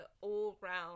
all-round